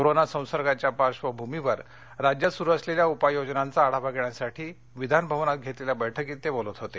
corona संसर्गाच्या पार्श्वभूमीवर राज्यात सुरू असलेल्या उपाययोजनांचा आढावा घेण्यासाठी विधानभवनात घेतलेल्या बैठकीत ते बोलत होते